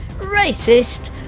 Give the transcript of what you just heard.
racist